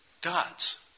gods